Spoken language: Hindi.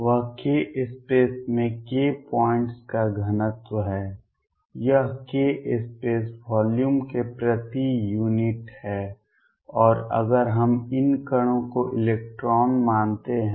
वह k स्पेस में k पॉइंट्स का घनत्व है यह k स्पेस वॉल्यूम की प्रति यूनिट है और अगर हम इन कणों को इलेक्ट्रॉन मानते हैं